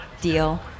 deal